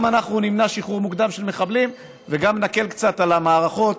גם אנחנו נמנע שחרור מוקדם של מחבלים וגם נקל קצת על המערכות,